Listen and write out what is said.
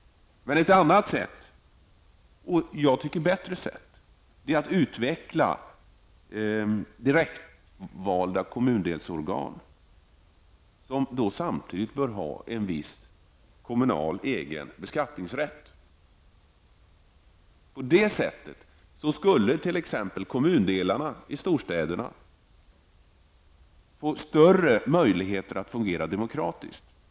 Ett annat sätt, och det tycker jag är bättre, är att utveckla direktvalda kommundelsorgan, som bör ha en viss kommunal egen beskattningsrätt. På det sättet skulle t.ex. de olika kommundelarna i storstäderna få större möjligheter att fungera demokratiskt.